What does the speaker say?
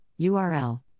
URL